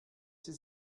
sie